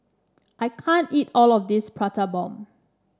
I can't eat all of this Prata Bomb